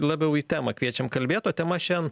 labiau į temą kviečiam kalbėt o tema šian